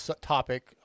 topic